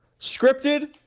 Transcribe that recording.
Scripted